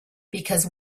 because